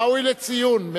ראוי לציון.